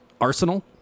arsenal